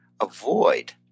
avoid